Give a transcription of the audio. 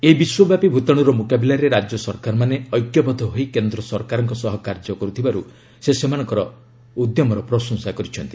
ଏହି ବିଶ୍ୱବ୍ୟାପୀ ଭୂତାଣୁର ମୁକାବିଲାରେ ରାଜ୍ୟ ସରକାରମାନେ ଐକ୍ୟବଦ୍ଧ ହୋଇ କେନ୍ଦ୍ର ସରକାରଙ୍କ ସହ କାର୍ଯ୍ୟ କରୁଥିବାରୁ ସେ ସେମାନଙ୍କର ଉଦ୍ୟମର ପ୍ରଶଂସା କରିଛନ୍ତି